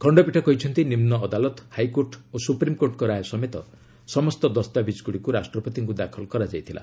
ଖଣ୍ଡପୀଠ କହିଛନ୍ତି ନିମୁ ଅଦାଲତ ହାଇକୋର୍ଟ ଓ ସୁପ୍ରିମକୋର୍ଟଙ୍କ ରାୟ ସମେତ ସମସ୍ତ ଦସ୍ତାବିଜଗୁଡ଼ିକୁ ରାଷ୍ଟ୍ରପତିଙ୍କୁ ଦାଖଲ କରାଯାଇଥିଲା